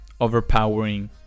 overpowering